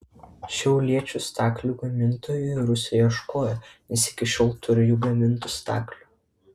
šiauliečių staklių gamintojų rusai ieškojo nes iki šiol turi jų gamintų staklių